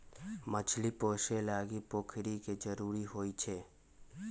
मछरी पोशे लागी पोखरि के जरूरी होइ छै